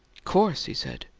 course, he said.